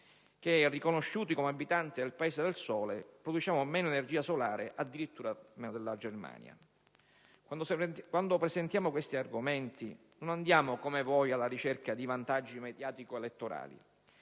che, riconosciuti come abitanti del Paese del sole, produciamo meno energia solare addirittura della Germania. Quando presentiamo questi argomenti non andiamo come voi alla ricerca di vantaggi mediatico-elettorali.